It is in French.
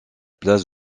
place